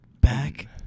Back